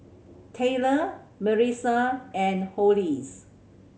Taylor Marissa and Hollis